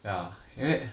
ya that